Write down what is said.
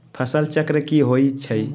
फसल चक्र की होइ छई?